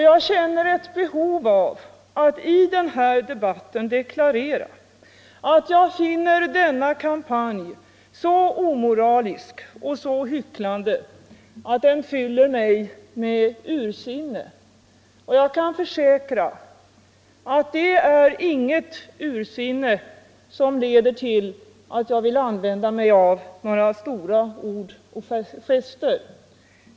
Jag känner däremot ett behov av att i debatten deklarera att jag finner denna kampanj så omoralisk och så hycklande att den fyller 101 mig med ursinne. Och jag kan försäkra att det är inget ursinne som leder till att jag vill använda mig av några stora ord och gester.